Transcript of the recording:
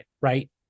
right